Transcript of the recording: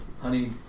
Honey